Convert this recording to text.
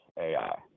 ai